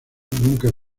nunca